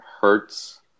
hurts